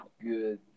Good